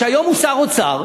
שהיום הוא שר האוצר,